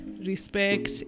Respect